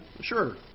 Sure